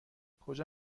کجا